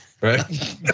Right